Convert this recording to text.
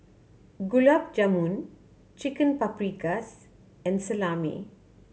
Gulab Jamun Chicken Paprikas and Salami